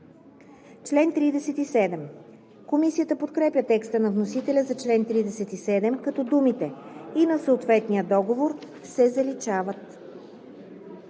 т. 1.“ Комисията подкрепя текста на вносителя за чл. 37, като думите „и на съответния договор“ се заличават.